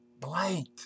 blank